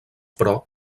però